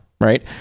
Right